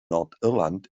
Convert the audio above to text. nordirland